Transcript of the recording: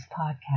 podcast